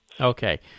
Okay